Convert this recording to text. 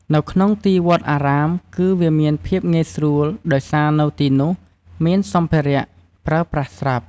នៅក្នុងទីវត្តអារាមគឺវាមានភាពងាយស្រួលដោយសារនៅទីនុះមានសម្ភារៈប្រើប្រាស់ស្រាប់។